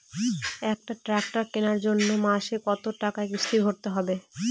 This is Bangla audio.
একটি ট্র্যাক্টর কেনার জন্য মাসে কত টাকা কিস্তি ভরতে হবে?